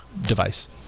device